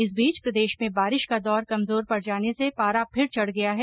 इस बीच प्रदेश में बारिश का दौर कमजोर पड़ जाने से पारा फिर चढ़ गया है